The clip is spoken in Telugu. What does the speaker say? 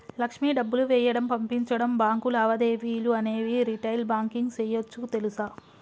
లక్ష్మి డబ్బులు వేయడం, పంపించడం, బాంకు లావాదేవీలు అనేవి రిటైల్ బాంకింగ్ సేయోచ్చు తెలుసా